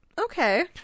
Okay